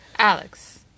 Alex